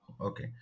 Okay